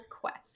Quest